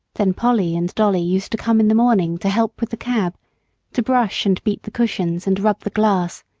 then polly and dolly used to come in the morning to help with the cab to brush and beat the cushions, and rub the glass,